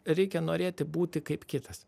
reikia norėti būti kaip kitas